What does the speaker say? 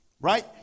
Right